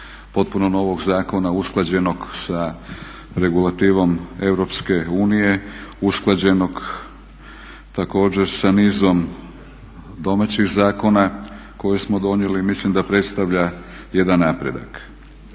potpuno novog zakona usklađenog sa regulativom EU, usklađenog također sa nizom domaćih zakona koje smo donijeli, mislim da predstavlja jedan napredak.